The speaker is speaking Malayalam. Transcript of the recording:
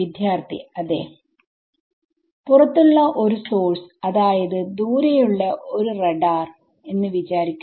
വിദ്യാർത്ഥി അതെ പുറത്തുള്ള ഒരു സോഴ്സ് അതായത് ദൂരെയുള്ള ഒരു റഡാർ എന്ന് വിചാരിക്കുക